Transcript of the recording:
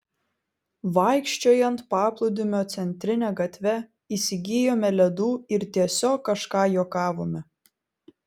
vaikščiojant paplūdimio centrine gatve įsigijome ledų ir tiesiog kažką juokavome